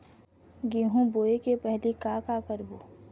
गेहूं बोए के पहेली का का करबो?